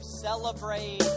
celebrate